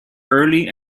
early